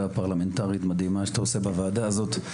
פרלמנטרית מדהימה שאתה עושה בוועדה הזאת,